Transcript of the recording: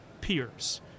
peers